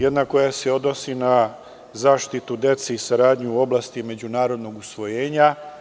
Jedna se odnosi na zaštitu dece i saradnju u oblasti međunarodnog usvojenja.